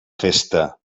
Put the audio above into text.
festa